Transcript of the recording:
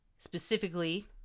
Specifically